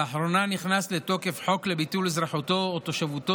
לאחרונה נכנס לתוקף חוק לביטול אזרחותו או תושבתו